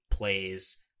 plays